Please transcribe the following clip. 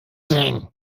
denn